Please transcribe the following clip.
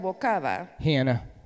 Hannah